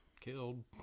killed